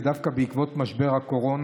ודווקא בעקבות משבר הקורונה,